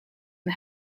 and